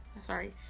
Sorry